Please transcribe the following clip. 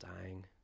dying